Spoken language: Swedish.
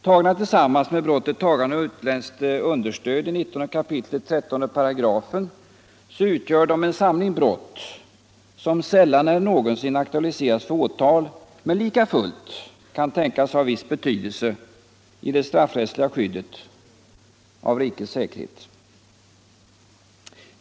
Tagna tillsammans med brottet tagande av utländskt understöd i 19 kap. 13 § utgör de en samling brott som sällan eller aldrig någonsin aktualiseras för åtal, men likafullt kan tänkas ha viss betydelse i det straffrättsliga skyddet av rikets säkerhet.